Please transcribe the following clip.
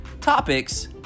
topics